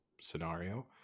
scenario